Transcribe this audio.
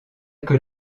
que